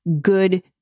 Good